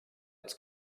its